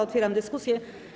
Otwieram dyskusję.